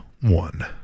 one